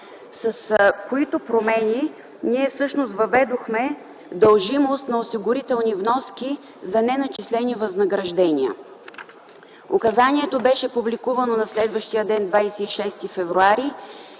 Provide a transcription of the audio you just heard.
с които промени ние всъщност въведохме дължимост на осигурителни вноски за неначислени възнаграждения. Указанието беше публикувано на следващия ден – 26 февруари